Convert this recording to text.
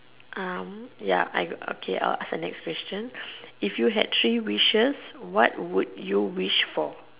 um ya I okay I will ask the next question if you have three wishes what would you wish for